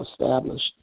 established